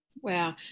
Wow